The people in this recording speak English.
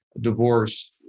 divorce